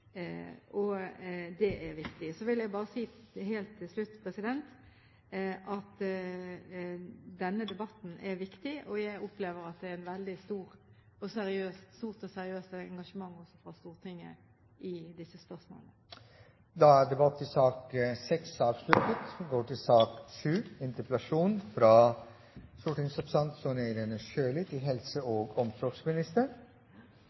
og det er viktig. Så vil jeg bare si helt til slutt at denne debatten er viktig, og jeg opplever det slik at det er et veldig stort og seriøst engasjement også fra Stortinget i disse spørsmålene. Da er debatten i sak nr. 6 avsluttet. Bakgrunnen for denne interpellasjonen er den til